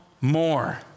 more